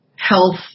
health